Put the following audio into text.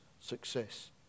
success